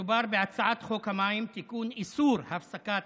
מדובר בהצעת חוק המים (תיקון, איסור הפסקת